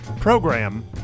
Program